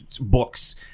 books